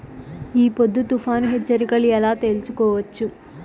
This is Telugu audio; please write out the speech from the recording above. ఈ పొద్దు తుఫాను హెచ్చరికలు ఎలా తెలుసుకోవచ్చు?